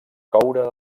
coure